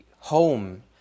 home